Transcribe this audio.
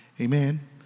Amen